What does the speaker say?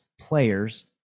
players